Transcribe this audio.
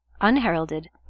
unheralded